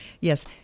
Yes